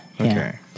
Okay